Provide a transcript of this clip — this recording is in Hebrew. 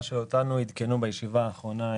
מה שאותנו עדכנו בישיבה האחרונה,